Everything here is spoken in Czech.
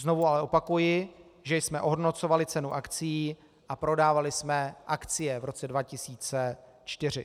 Znovu ale opakuji, že jsme ohodnocovali cenu akcií a prodávali jsme akcie v roce 2004.